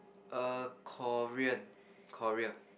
err Korean Korea